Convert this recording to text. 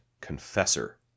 Confessor